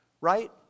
right